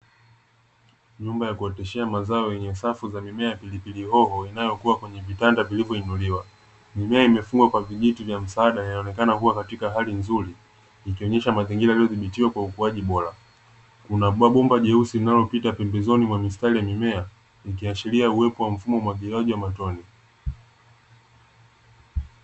Nyumba ya kuoteshea mazao yenye safu za mimea ya pilipili hoho inayokua kwenye vitanda vilivoinuliwa. Mimea imefungwa kwa vijiti kwa msaada inaonekana kuwa katika hali nzuri, ikionesha mazingira yaliyodhibitiwa kwa ukuaji bora. Kuna bomba jeusi linalopita pembezoni mwa mistari ya mimea, likiashiria uwepo wa mfumo wa umwagiliaji wa matone.